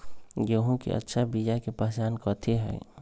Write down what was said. गेंहू के अच्छा बिया के पहचान कथि हई?